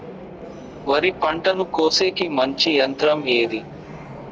వరి పంటను కోసేకి మంచి యంత్రం ఏది?